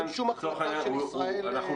אין